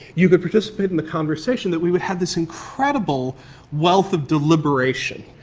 you could participate in the conversation, that we would have this incredible wealth of deliberation,